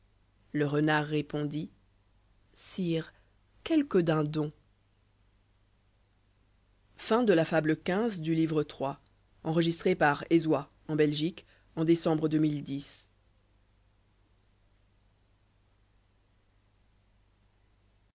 le renard répondit sire quelques dindons